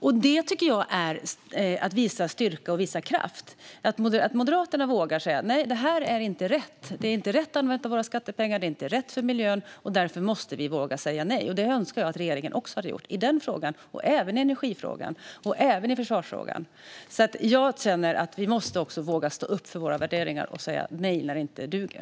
Jag tycker att det är att visa styrka och kraft att Moderaterna vågar säga "Nej, det här är inte rätt. Det är inte rätt sätt att använda våra skattepengar, och det är inte rätt för miljön. Därför måste vi våga säga nej." Det önskar jag att regeringen också hade gjort i den frågan och även i energifrågan och i försvarsfrågan. Jag känner att vi måste våga stå upp för våra värderingar och säga nej när det inte duger.